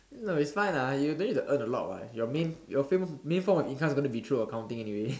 no it's fine lah you don't need to earn a lot [what] your main your fa~ main form of income is going to be through accounting anyway